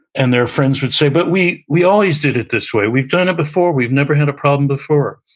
and their friends would say, but we we always did it this way. we've done it before, we've never had a problem before.